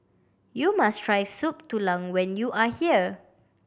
you must try Soup Tulang when you are here